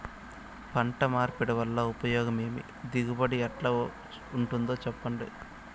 పంట మార్పిడి వల్ల ఉపయోగం ఏమి దిగుబడి ఎట్లా ఉంటుందో చెప్పండి?